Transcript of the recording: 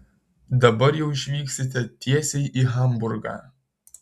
dabar jau išvyksite tiesiai į hamburgą